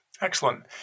Excellent